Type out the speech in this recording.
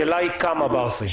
השאלה היא כמה, ברסי.